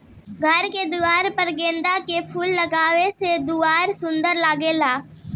घर के दुआर पर गेंदा के फूल लगावे से दुआर सुंदर लागेला